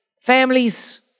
Families